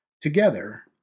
Together